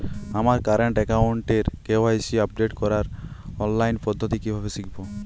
আমার কারেন্ট অ্যাকাউন্টের KYC update করার অনলাইন পদ্ধতি কীভাবে শিখব?